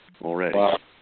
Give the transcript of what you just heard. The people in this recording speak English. already